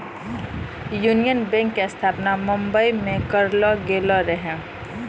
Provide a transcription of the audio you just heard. union Bank के स्थापना बंबई मे करलो गेलो रहै